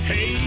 Hey